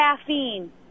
caffeine